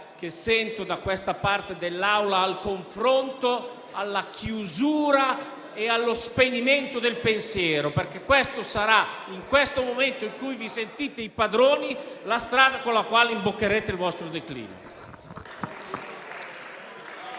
che sento da una parte dell'Aula al confronto, alla chiusura e allo spegnimento del pensiero, perché questa sarà, in questo momento in cui vi sentite i padroni, la strada con la quale imboccherete il vostro declino.